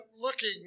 looking